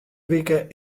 wike